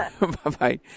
Bye-bye